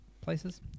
places